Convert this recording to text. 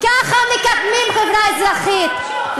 ככה מקדמים חברה אזרחית,